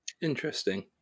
Interesting